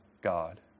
God